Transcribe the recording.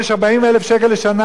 40,000 שקל לשנה?